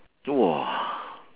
!wah!